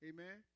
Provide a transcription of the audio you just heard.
Amen